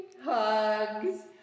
Hugs